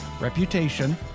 reputation